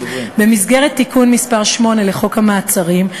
במסגרת תיקון מס' 8 לחוק המעצרים,